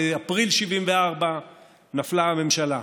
באפריל 1974 נפלה הממשלה,